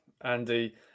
andy